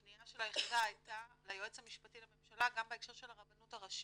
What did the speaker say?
הפניה של היחידה הייתה ליועץ המשפטי לממשלה גם בהקשר של הרבנות הראשית.